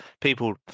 people